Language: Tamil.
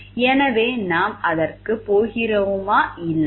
எனவே நாம் அதற்குப் போகிறோமா இல்லையா